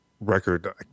record